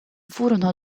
furono